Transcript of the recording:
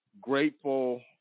grateful